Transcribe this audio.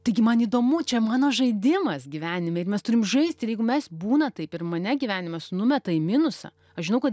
taigi man įdomu čia mano žaidimas gyvenime ir mes turim žaisti ir jeigu mes būna taip ir mane gyvenimas numeta į minusą aš žinau kad